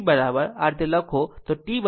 T જો આ રીતે લો T 2π